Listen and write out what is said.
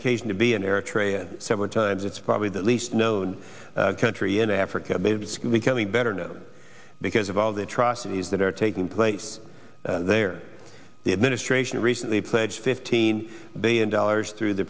occasion to be in eritrea several times it's probably the least known country in africa becoming better known because of all the atrocities that are taking place there the administration recently pledged fifteen billion dollars through the